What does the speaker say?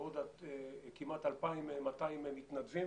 ועוד כמעט 2,200 מתנדבים